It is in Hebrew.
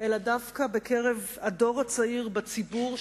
אלא דווקא בקרב הדור הצעיר בציבור,